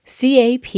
CAP